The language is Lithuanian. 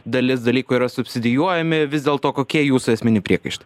dalis dalykų yra subsidijuojami vis dėlto kokie jūsų esminiai priekaištai